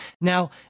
Now